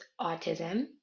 autism